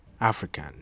African